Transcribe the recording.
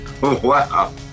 Wow